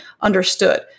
understood